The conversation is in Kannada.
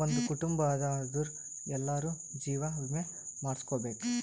ಒಂದ್ ಕುಟುಂಬ ಅದಾ ಅಂದುರ್ ಎಲ್ಲಾರೂ ಜೀವ ವಿಮೆ ಮಾಡುಸ್ಕೊಬೇಕ್